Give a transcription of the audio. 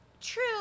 True